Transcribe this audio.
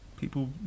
people